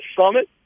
Summit